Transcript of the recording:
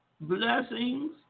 Blessings